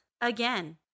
Again